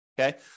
Okay